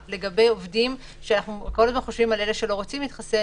לגבי עובדים אנחנו כל הזמן חושבים על אלה שלא רוצים להתחסן,